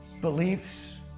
beliefs